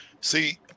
See